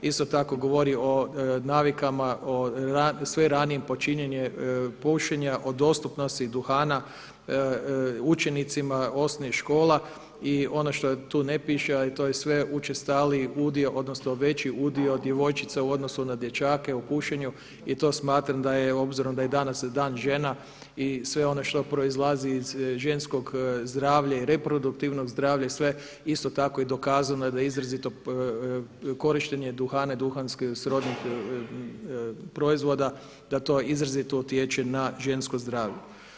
Isto tako govori o navikama, o sve ranijem počinjenju pušenja, o dostupnosti duhana učenicima osnovnih škola i ono što tu ne piše, a to je sve učestaliji udio odnosno veći udio djevojčica u odnosu na dječake u pušenju i to smatram da je obzirom da je danas Dan žena i sve ono što proizlazi iz ženskog zdravlja i reproduktivnog zdravlja i sve isto tako je dokazano da izrazito korištenje duhana i duhanski srodnih proizvoda da to izrazito utječe na žensko zdravlje.